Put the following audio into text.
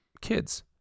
kids